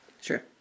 Sure